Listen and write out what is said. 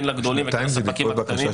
כן לגדולים ולספקים הקטנים.